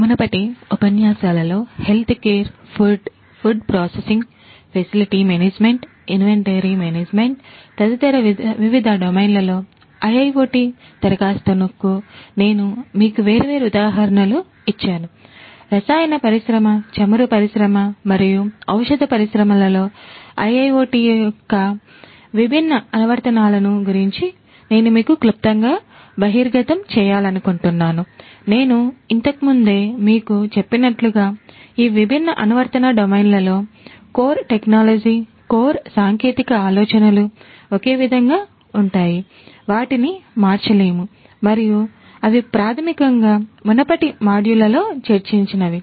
మునుపటి ఉపన్యాసాలలో healthcare food food processing facility management inventory core technology core సాంకేతిక ఆలోచనలు ఒకే విధంగా ఉంటాయి వాటిని మార్చలేము మరియు అవి ప్రాథమికంగా మునుపటి మాడ్యూళ్ళలో చర్చించినవి